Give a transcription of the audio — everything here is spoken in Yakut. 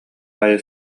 аайы